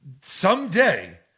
someday